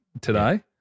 today